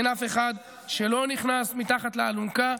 אין אף אחד שלא נכנס מתחת לאלונקה.